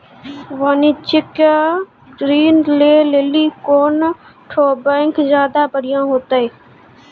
वाणिज्यिक ऋण लै लेली कोन ठो बैंक ज्यादा बढ़िया होतै?